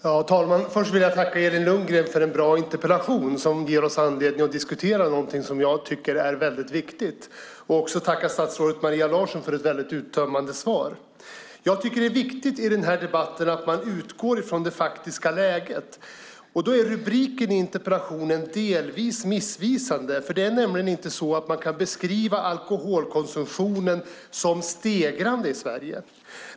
Fru talman! Jag vill tacka Elin Lundgren för en bra interpellation som ger oss anledning att diskutera något som jag tycker är viktigt. Jag tackar också statsrådet Maria Larsson för ett uttömmande svar. Det är viktigt i debatten att utgå från det faktiska läget. Rubriken i interpellationen är därför delvis missvisande. Man kan nämligen inte beskriva alkoholkonsumtionen i Sverige som stegrande.